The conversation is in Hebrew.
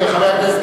חבר הכנסת